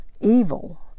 evil